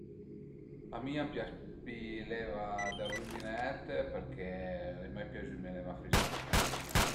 A mi a m'pias pi l'eve dël rübinèt perché al e mai piazüme l'eva frizanta